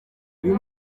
uyu